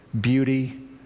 beauty